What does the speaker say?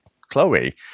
Chloe